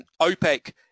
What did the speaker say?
OPEC